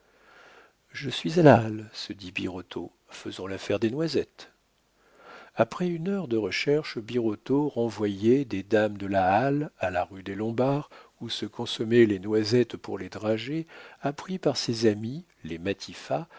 je suis à la halle se dit birotteau faisons l'affaire des noisettes après une heure de recherches birotteau renvoyé des dames de la halle à la rue des lombards où se consommaient les noisettes pour les dragées apprit par ses amis les